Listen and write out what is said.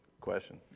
question